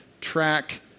track